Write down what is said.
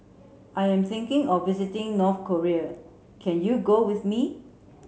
I am thinking of visiting North Korea can you go with me